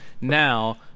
now